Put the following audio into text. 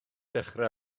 dechrau